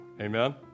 Amen